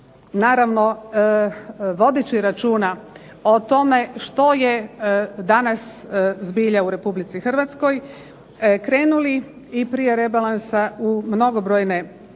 naravno vodeći računa o tome što je danas zbilja u Republici Hrvatskoj krenuli i prije rebalansa u mnogobrojne mjere